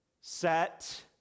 set